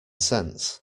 sense